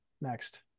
next